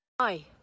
Hi